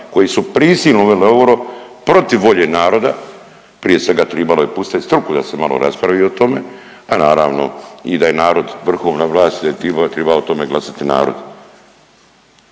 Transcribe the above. koji su prisilno uveli euro protiv volje naroda, prije svega, tribalo je pustit struku da se malo raspravi o tome, a naravno, i da je narod vrhovna vlast, triba, triba o tome glasati narod.